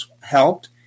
helped